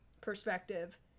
perspective